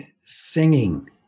singing